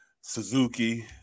Suzuki